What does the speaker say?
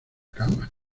cama